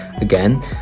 Again